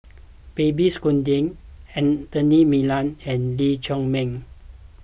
Babes Conde Anthony Miller and Lee Chiaw Meng